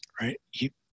right